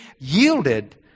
yielded